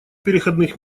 переходных